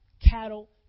cattle